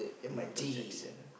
Michael-Jackson